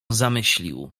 zamyślił